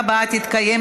טלוויזיה),